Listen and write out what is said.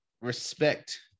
respect